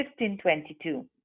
1522